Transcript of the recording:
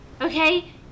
Okay